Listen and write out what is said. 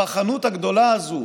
בחנות הגדולה הזאת,